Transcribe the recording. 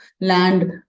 land